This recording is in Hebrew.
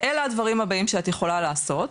אלו הדברים הבאים שאת יכולה לעשות,